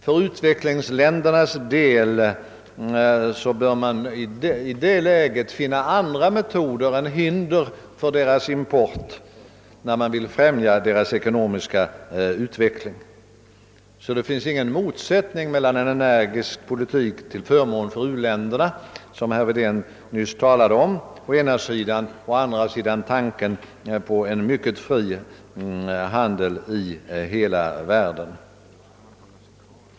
För utvecklingsländernas del bör man i det läget söka finna andra metoder än hinder för deras import när man vill främja deras ekonomiska utveckling. Det finns alltså ingen motsättning mellan å ena sidan en energisk politik för hjälp till u-länderna, något som herr Wedén nyss talade om, och å andra sidan tanken på en mycket fri handel i hela världen.